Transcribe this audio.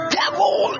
devil